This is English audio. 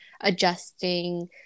adjusting